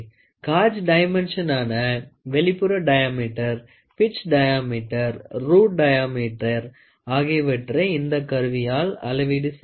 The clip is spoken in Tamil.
காஜ் டைமென்ஷனான வெளிப்புற diameter pitch diameter root diameter ஆகியவற்றை இந்தக் கருவியால் அளவீடு செய்யலாம்